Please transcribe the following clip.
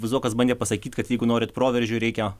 zuokas bandė pasakyt kad jeigu norit proveržio reikia